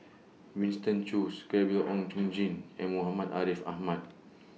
Winston Choos Gabriel Oon Chong Jin and Muhammad Ariff Ahmad